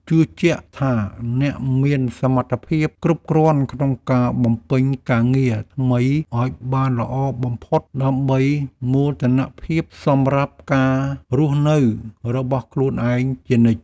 ជឿជាក់ថាអ្នកមានសមត្ថភាពគ្រប់គ្រាន់ក្នុងការបំពេញការងារថ្មីឱ្យបានល្អបំផុតដើម្បីមោទនភាពសម្រាប់ការរស់នៅរបស់ខ្លួនឯងជានិច្ច។